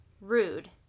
rude